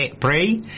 Pray